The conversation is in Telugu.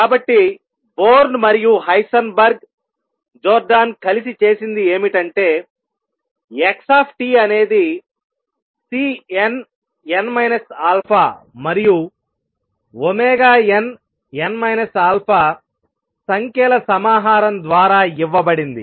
కాబట్టి బోర్న్ మరియు హైసెన్బర్గ్ జోర్డాన్ కలిసి చేసింది ఏమిటంటేx అనేది Cnn α మరియు nn αసంఖ్యల సమాహారం ద్వారా ఇవ్వబడింది